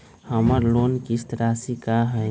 हमर लोन किस्त राशि का हई?